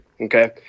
okay